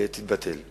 תתבטל.